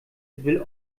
will